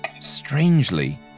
Strangely